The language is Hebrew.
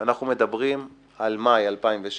ואנחנו מדברים על מאי 2016